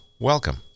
welcome